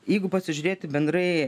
jeigu pasižiūrėti bendrai